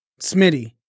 Smitty